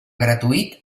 gratuït